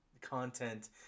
content